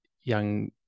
young